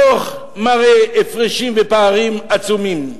הדוח מראה הפרשים ופערים עצומים.